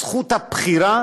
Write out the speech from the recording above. זכות הבחירה